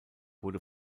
wurde